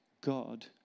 God